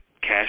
cash